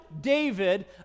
David